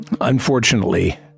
unfortunately